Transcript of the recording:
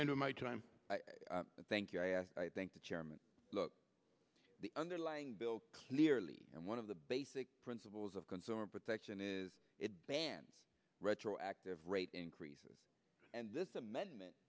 r my time thank you i thank the chairman look the underlying bill clearly and one of the basic principles of consumer protection is it banned retroactive rate increases and this amendment